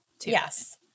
Yes